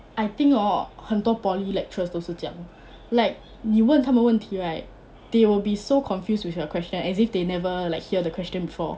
I think hor 很多 poly lecturers 都是这样 like 你问他们问题 right they will be so confused with your question as if they never like hear the question before